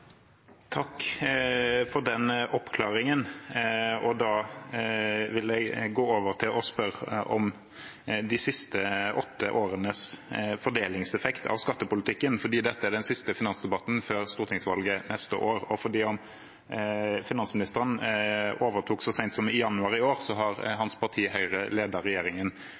Takk for den oppklaringen. Da vil jeg gå over til å spørre om de siste åtte årenes fordelingseffekt av skattepolitikken, for dette er den siste finansdebatten før stortingsvalget neste år. Selv om finansministeren overtok så sent som i januar i år, har hans parti,